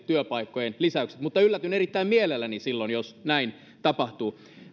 työpaikkojen lisäykset mutta yllätyn erittäin mielelläni silloin jos näin tapahtuu